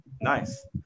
nice